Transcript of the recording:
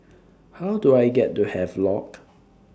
How Do I get to Havelock